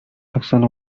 action